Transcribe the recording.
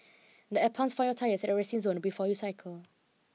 there are pumps for your tyres at the resting zone before you cycle